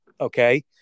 Okay